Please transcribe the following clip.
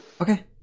Okay